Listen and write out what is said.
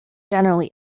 generally